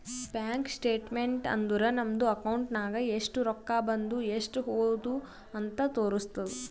bank statement ಅಂದುರ್ ನಮ್ದು account ನಾಗ್ ಎಸ್ಟ್ ರೊಕ್ಕಾ ಬಂದು ಎಸ್ಟ್ ಹೋದು ಅಂತ್ ತೋರುಸ್ತುದ್